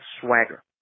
swagger